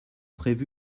prévu